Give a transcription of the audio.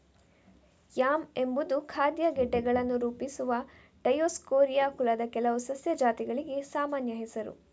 yam ಎಂಬುದು ಖಾದ್ಯ ಗೆಡ್ಡೆಗಳನ್ನು ರೂಪಿಸುವ ಡಯೋಸ್ಕೋರಿಯಾ ಕುಲದ ಕೆಲವು ಸಸ್ಯ ಜಾತಿಗಳಿಗೆ ಸಾಮಾನ್ಯ ಹೆಸರು